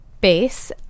base